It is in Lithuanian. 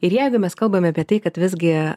ir jeigu mes kalbam apie tai kad visgi